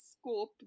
scope